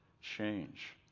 change